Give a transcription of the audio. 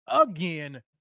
again